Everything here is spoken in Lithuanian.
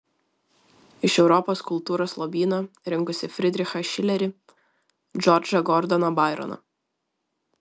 iš europos kultūros lobyno rinkosi fridrichą šilerį džordžą gordoną baironą